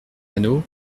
anneau